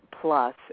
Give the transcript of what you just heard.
plus